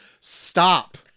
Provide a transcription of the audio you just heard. Stop